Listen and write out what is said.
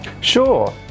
sure